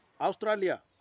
Australia